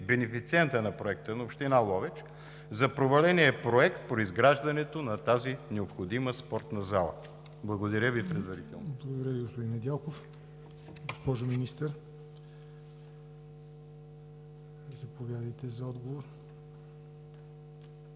бенефициента на проекта на Община Ловеч за проваления проект при изграждането на тази необходима спортна зала? Благодаря Ви предварително.